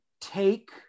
Take